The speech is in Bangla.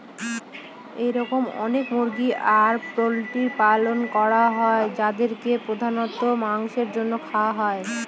এরকম অনেক মুরগি আর পোল্ট্রির পালন করা হয় যাদেরকে প্রধানত মাংসের জন্য খাওয়া হয়